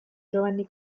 giovanni